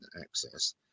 access